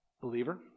believer